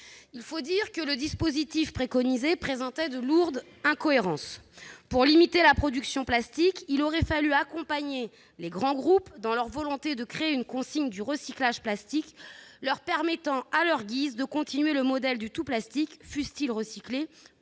Il faut dire que le dispositif préconisé présentait de lourdes incohérences. Pour limiter la production plastique, il aurait fallu accompagner les grands groupes dans leur volonté de créer une consigne du recyclage plastique leur permettant, à leur guise, de continuer le modèle du tout plastique, fût-il recyclé